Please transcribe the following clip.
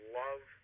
love